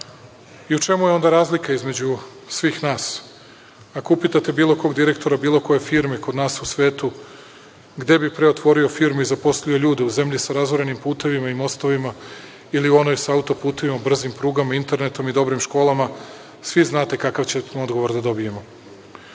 U čemu je onda razlika između svih nas? Ako upitate bilo kog direktora bilo koje firme kod nas ili u svetu gde bi pre otvorio firmu i zaposlio ljude, u zemlji sa razorenim putevima i mostovima ili u onoj sa autoputevima, brzim prugama, internetom i dobrim školama, svi znate kakav ćemo odgovor da dobijemo. Kada